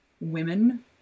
women